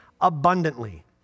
abundantly